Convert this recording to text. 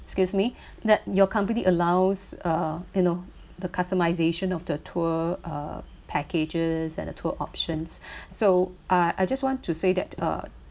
excuse me that your company allows uh you know the customization of the tour uh packages and the tour options so uh I just want to say that uh